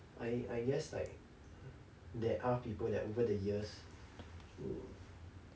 I I guess like there are people that over the years mm